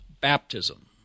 baptism